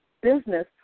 business